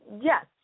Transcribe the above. yes